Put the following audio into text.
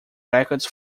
records